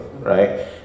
right